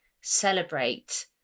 celebrate